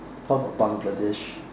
how about Bangladesh